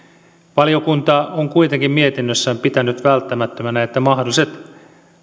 valiokunta on kuitenkin mietinnössään pitänyt välttämättömänä että mahdolliset